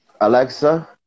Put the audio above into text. Alexa